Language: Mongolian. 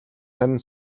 сонин